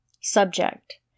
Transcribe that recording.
Subject